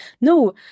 No